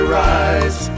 rise